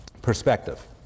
perspective